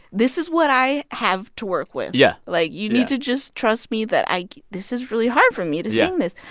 this is what i have to work with yeah like, you need to. yeah. just trust me that i this is really hard for me to sing this